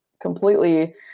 completely